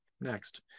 Next